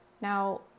Now